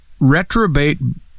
retrobate